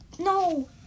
No